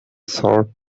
short